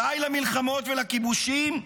די למלחמות ולכיבושים.